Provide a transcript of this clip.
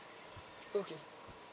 okay